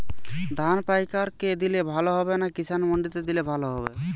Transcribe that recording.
ধান পাইকার কে দিলে ভালো হবে না কিষান মন্ডিতে দিলে ভালো হবে?